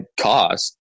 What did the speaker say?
cost